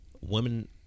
women